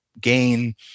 Gain